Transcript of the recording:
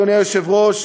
אדוני היושב-ראש,